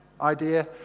idea